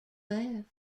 left